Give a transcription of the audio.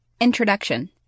Introduction